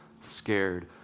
scared